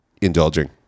indulging